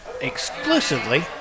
exclusively